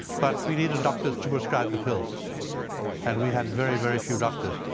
but we needed doctors to prescribe the pills and we had very very few doctors.